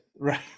Right